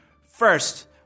First